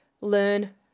learn